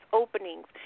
openings